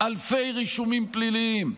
אלפי רישומים פליליים,